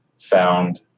found